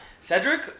Cedric